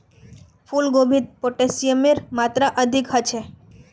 फूल गोभीत पोटेशियमेर मात्रा अधिक ह छे